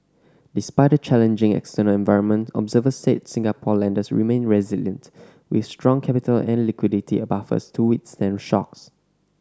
despite a challenging external environment observers said Singapore lenders remain resilient with strong capital and liquidity buffers to withstand shocks